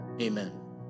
amen